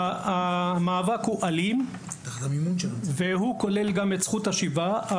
ב׳ - המאבק הוא אלים והוא כולל גם את זכות השיבה.